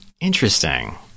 interesting